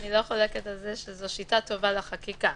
אני לא חולקת על זה שזו שיטה טובה לחקיקה.